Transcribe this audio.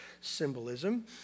symbolism